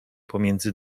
pomiędzy